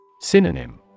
Synonym